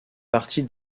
partie